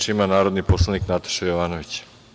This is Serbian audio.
Reč ima narodni poslanik Nataša Jovanović.